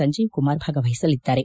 ಸಂಜೀವ್ ಕುಮಾರ್ ಭಾಗವಹಿಸಲಿದ್ದಾರೆ